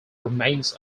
remains